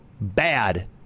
bad